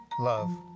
Love